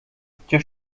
gdzie